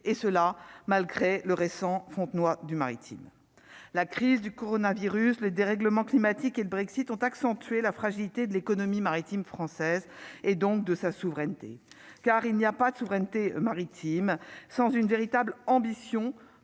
et cela malgré le récent Fontenoy du maritime, la crise du coronavirus les dérèglements climatiques et le Brexit ont accentué la fragilité de l'économie maritime française et donc de sa souveraineté, car il n'y a pas de souveraineté maritime sans une véritable ambition